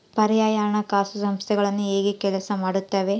ಪರ್ಯಾಯ ಹಣಕಾಸು ಸಂಸ್ಥೆಗಳು ಹೇಗೆ ಕೆಲಸ ಮಾಡುತ್ತವೆ?